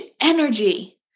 energy